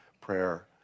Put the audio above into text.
prayer